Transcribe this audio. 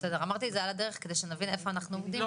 אמרתי את זה על הדרך כדי שנבין איפה אנחנו עומדים,